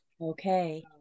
Okay